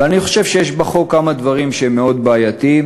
אבל אני חושב שיש בחוק כמה דברים שהם מאוד בעייתיים.